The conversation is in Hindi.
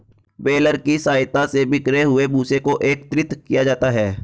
बेलर की सहायता से बिखरे हुए भूसे को एकत्रित किया जाता है